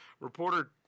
Reporter